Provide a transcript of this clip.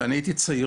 כשאני הייתי צעיר,